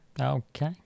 Okay